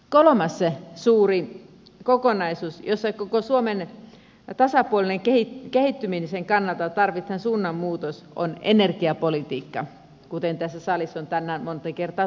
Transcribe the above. kolmas suuri kokonaisuus jossa koko suomen tasapuolisen kehittymisen kannalta tarvitaan suunnanmuutos on energiapolitiikka kuten tässä salissa on tänään monta kertaa tullut esille